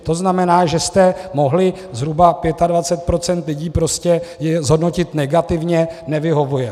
To znamená, že jste mohli zhruba 25 % lidí prostě zhodnotit negativně, nevyhovuje.